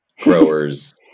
growers